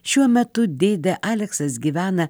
šiuo metu dėdė aleksas gyvena